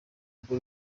urwo